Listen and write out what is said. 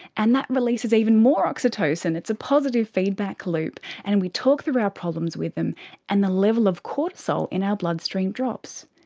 and that releases even more oxytocin. it's a positive feedback loop, and we talk through our problems with them and the level of cortisol in our bloodstream drops.